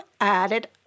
added